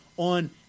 On